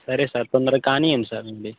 సరే సార్ తొందరగా కానీయండి సార్ ముందు